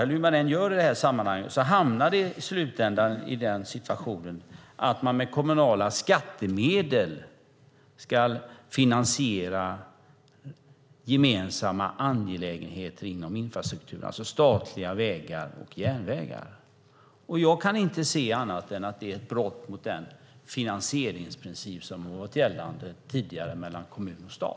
Hur man än gör i sammanhanget hamnar man i slutändan i situationen att man med kommunala skattemedel ska finansiera gemensamma angelägenheter inom infrastrukturen, alltså statliga vägar och järnvägar. Jag kan inte se annat än att det är ett brott mot den finansieringsprincip som har varit gällande tidigare mellan kommun och stat.